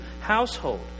household